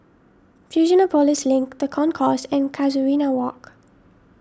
Fusionopolis Link the Concourse and Casuarina Walk